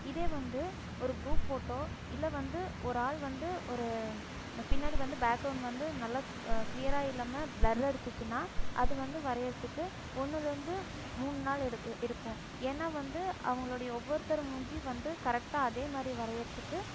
இதே வந்து ஒரு குரூப் ஃபோட்டோ இல்லை வந்து ஒரு ஆள் வந்து ஒரு பின்னாடி வந்து பேக்ரௌண்ட் வந்து நல்லா கிளீயராக இல்லாமல் பிளர் அடித்திருச்சினா அதுவந்து வரைகிறதுக்கு ஒன்றுலேந்து மூணு நாள் எடு எடுக்கும் ஏன்னா வந்து அவங்களுடைய ஒவ்வொருத்தர் மூஞ்சியும் வந்து கரெக்டாக அதேமாதிரி வரைகிறதுக்கு